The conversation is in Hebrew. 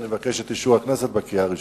ואני מבקש את אישור הכנסת בקריאה הראשונה.